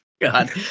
God